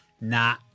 Nah